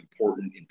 important